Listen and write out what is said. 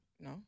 No